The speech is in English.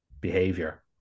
behavior